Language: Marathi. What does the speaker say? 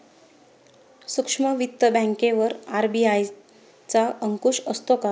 सूक्ष्म वित्त बँकेवर आर.बी.आय चा अंकुश असतो का?